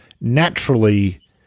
naturally